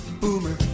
Boomer